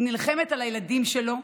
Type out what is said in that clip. היא נלחמת על הילדים שלו,